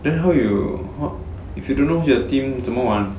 then how you if you don't know who's your team 怎么玩 ah